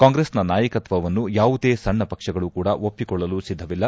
ಕಾಂಗ್ರೆಸ್ನ ನಾಯಕತ್ವವನ್ನು ಯಾವುದೇ ಸಣ್ಣ ಪಕ್ಷಗಳು ಕೂಡ ಒಪ್ಲಿಕೊಳ್ಳಲು ಸಿದ್ದವಿಲ್ಲ